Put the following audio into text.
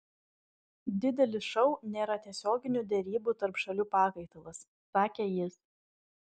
didelis šou nėra tiesioginių derybų tarp šalių pakaitalas sakė jis